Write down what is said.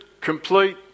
complete